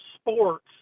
sports